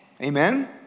Amen